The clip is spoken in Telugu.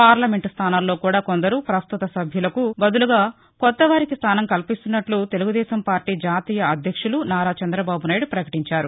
పార్లమెంటు స్థానాల్లో కూడా కొందరు పస్తుత సభ్యులకు బదులుగా కొత్త వారికి స్థానం కల్పిస్తున్నట్లు తెలుగు దేశం పార్లి జాతీయ అధ్యక్షులు నారా చంద్రబాబు నాయుడు ప్రకటీంచారు